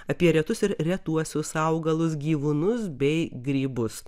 apie retus ir retuosius augalus gyvūnus bei grybus